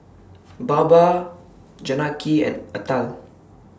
Baba Janaki and Atal